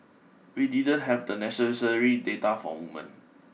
we didn't have the necessary data for woman